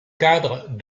cadre